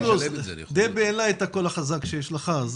פינדרוס, דבי אין לה את הקול החזק שיש לך.